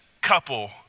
couple